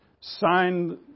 signed